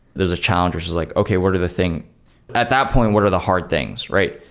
there's a challenge which is like, okay, what are the thing at that point, what are the hard things, right?